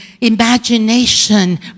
imagination